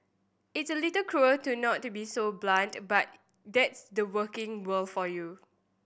it's a little cruel to not to be so blunt but that's the working world for you